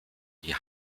die